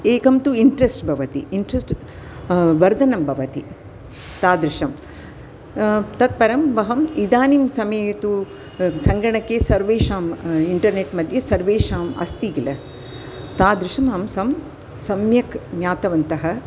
एकम्तु interest भवति interest वर्धनं भवति तादृशं तत्परं अहम् इदानीं समये तु सङ्गणके सर्वेषाम् इण्टरेस्ट्मध्ये सर्वेषाम् अस्ति किल तादृशम् अंशं सम्यक् ज्ञातवन्तः